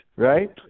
Right